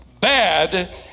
bad